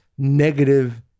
negative